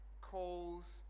calls